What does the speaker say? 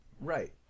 right